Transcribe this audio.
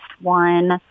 one